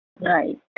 Right